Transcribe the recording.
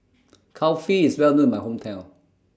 Kulfi IS Well known in My Hometown